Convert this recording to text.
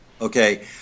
Okay